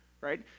right